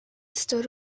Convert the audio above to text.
stood